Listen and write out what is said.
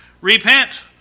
Repent